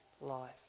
life